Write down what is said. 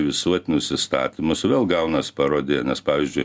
visuotinus įstatymus vėl gaunas parodija nes pavyzdžiui